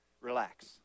relax